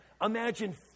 Imagine